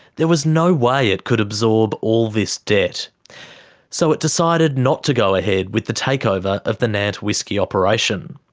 there was no way it could absorb all this debt. and so it decided not to go ahead with the takeover of the nant whisky operation.